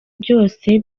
byose